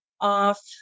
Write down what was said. off